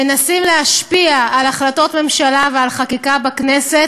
שמנסים להשפיע על החלטות ממשלה ועל חקיקה בכנסת